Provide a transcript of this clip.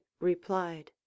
replied